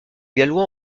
gallois